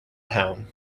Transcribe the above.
town